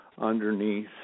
Underneath